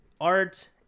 art